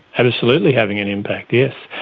absolutely having an impact, yes.